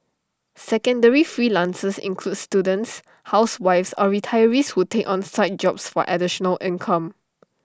secondary freelancers includes students housewives or retirees who take on side jobs for additional income